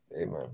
Amen